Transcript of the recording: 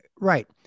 Right